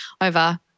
over